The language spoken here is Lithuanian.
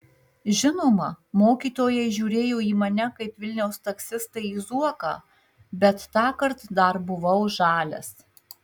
žinoma mokytojai žiūrėjo į mane kaip vilniaus taksistai į zuoką bet tąkart dar buvau žalias